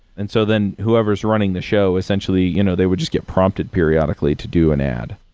and so, then whoever's running the show, essentially, you know they would just get prompted periodically to do an ad.